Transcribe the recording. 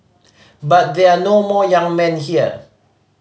but there are no more young men here